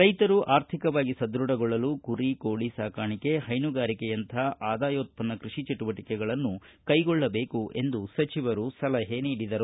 ರೈತರ ಆರ್ಥಿಕವಾಗಿ ಸದೃಢಗೊಳ್ಳಲು ಕುರಿ ಕೋಳ ಸಾಕಾಣಿಕೆ ಹೈನುಗಾರಿಕೆಯಂತಹ ಆದಾಯೋತ್ಪನ್ನ ಕೃಷಿ ಚಟುವಟಿಕೆಗಳನ್ನು ಕೈಗೊಳ್ಳಬೇಕು ಎಂದು ಸಲಹೆ ನೀಡಿದರು